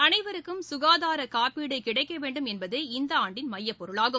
அனைவருக்கும் சுகாதார காப்பீடு கிடைக்கவேண்டும் என்பதே இந்த ஆண்டின் மையப்பொருளாகும்